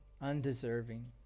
Undeserving